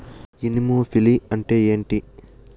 Anemophily అంటే ఏంటి?